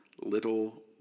Little